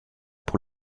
pour